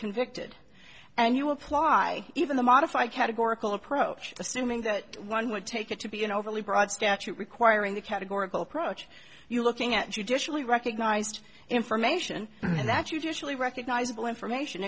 convicted and you apply even the modified categorical approach assuming that one would take it to be an overly broad statute requiring the categorical approach you're looking at judicially recognized information and that you'd usually recognizable information